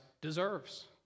deserves